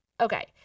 Okay